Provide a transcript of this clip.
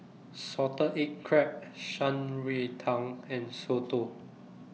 Salted Egg Crab Shan Rui Tang and Soto